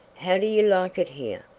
how do you like it here?